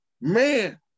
man